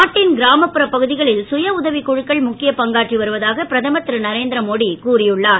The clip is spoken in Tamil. நாட்டின் கிராமப்புற பகுதிகளில் சுய உதவிக் குழுக்கள் முக்கிய பங்காற்றி வருவதாக பிரதமர் இருநரேந்திரமோடி கூறியுள்ளார்